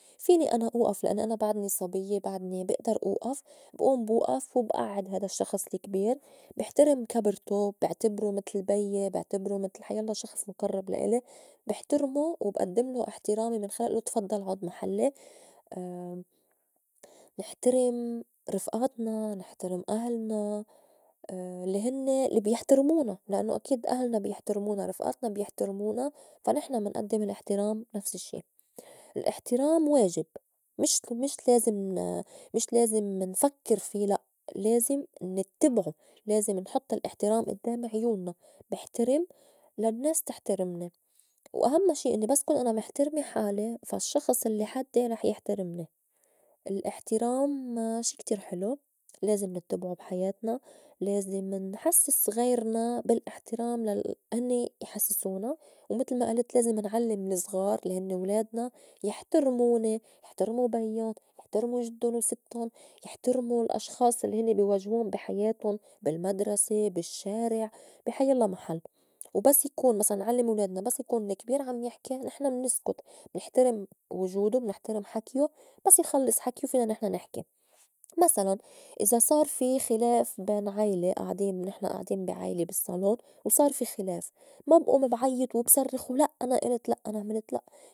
فيني أنا أوئف لأن أنا بعدني صبيّة، بعدني بئدر أوئف بئوم بوئف وبأعّد هيدا الشّخص الكبير بحترم كبرتوا بعتبرو متل بيي يعتبرو متل حيلّا شخص مُقرّب لإلي بحترمو وبئدّملو إحترامي من خلال إلّو تفضّل عود محلّي، نحترم رفئاتنا ، نحترم أهلنا الّي هنّي البيحترمونا لأنّو أكيد أهلنا بيحترمونا، رفئاتنا بيحترمونا فا نحن منئدّم الأحترام نفس الشّي. الأحترام واجب مش- مش- لازم- مش لازم نفكّر في لأ لازم نتّبعو لازم نحط الأحترام إدّام عيونّا بحترم للنّاس تحترمني وأهمّا شي إنّي بس كون أنا محترمة حالي فا الشّخص الّي حدّي رح يحترمني. الأحترام شي كتير حلو لازم نتّبعو بحياتنا، لازم نحسّس غيرنا بالإحترام لا هنّي يحسِّسونا ومتل ما ألت لازم نعلّم الزغار لي هنّي ولادنا يحترموني يحترمو بيُّن، يحترمو جدُّن وستُّن، يحترمو الأشخاص الّي هنّي بي واجهٌ بي حياةٌ بالمدرسة، بالشّارع، بي حيلّا محل وبس يكون مسلاً علّم ولادنا بس يكون الكبير عم يحكي نحن منسكُت منحترم وجودو منحترم حكيو بس يخلّص حكيو فينا نحن نحكي مسلاً إذا صار في خلاف بين عيلة آعدين نحن آعدين بي عيلة بالصّالون وصار في خلاف ما بئوم بعيّط وبصرّخ ولأ أنا ألت لأ أنا عملت لأ.